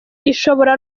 ishobora